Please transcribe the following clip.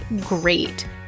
great